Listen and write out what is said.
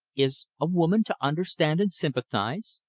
is a woman to understand and sympathize?